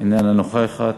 איננה נוכחת,